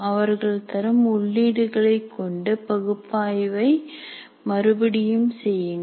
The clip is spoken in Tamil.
அவர்கள் தரும் உள்ளீடுகளை கொண்டு பகுப்பாய்வை மறுபடியும் செய்யுங்கள்